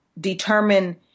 determine